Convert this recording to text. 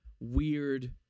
weird